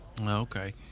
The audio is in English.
Okay